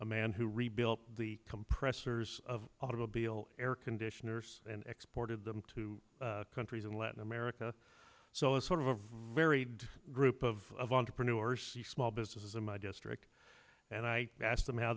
a man who rebuilt the compressor years of automobile air conditioners and exported them to countries in latin america so it's sort of a varied group of entrepreneurs and small businesses in my district and i asked them how